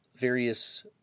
various